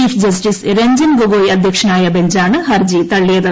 chief justice Ranjan Gogoi അധ്യക്ഷനായ ബഞ്ചാണ് ഹർജി തള്ളിയത്